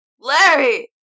Larry